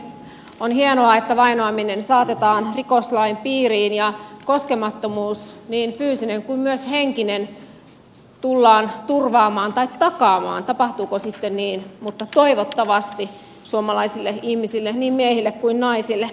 on hienoa että vainoaminen saatetaan rikoslain piiriin ja koskemattomuus niin fyysinen kuin myös henkinen tullaan turvaamaan tai takaamaan tapahtuuko sitten niin mutta toivottavasti suomalaisille ihmisille niin miehille kuin naisille